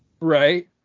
Right